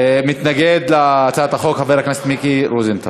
מתנגד להצעת החוק, חבר הכנסת מיקי רוזנטל.